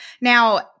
Now